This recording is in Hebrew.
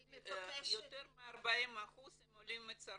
יותר מ-40% הם עולים מצרפת,